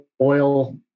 oil